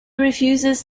refuses